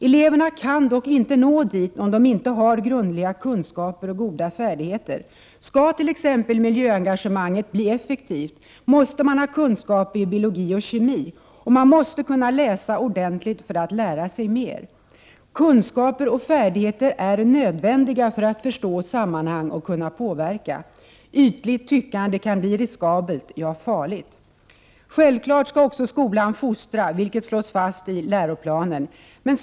Eleverna kan dock inte nå dit, om de inte har grundliga kunskaper och goda färdigheter. Skall t.ex. miljöengagemanget bli effektivt, måste man ha kunskaper i biologi och kemi, och man måste kunna läsa ordentligt för att lära sig mer. Kunskaper och färdigheter är nödvändiga för att man skall förstå sammanhang och kunna påverka. Ytligt tyckande kan bli riskabelt, ja farligt. : Självfallet skall skolan också fostra, vilket slås fast i läroplanen.